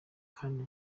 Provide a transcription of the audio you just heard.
kandi